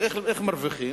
איך מרוויחים?